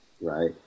right